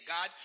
God